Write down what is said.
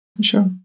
Sure